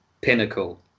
pinnacle